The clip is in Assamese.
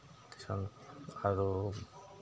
টিউচন আৰু